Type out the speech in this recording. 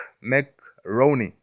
Macaroni